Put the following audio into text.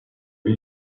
but